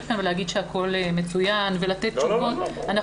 כאן ולהגיד שהכול מצוין ולתת תשובות.